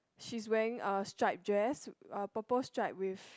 she's wearing a stripe dress uh purple stripe with